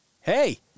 Hey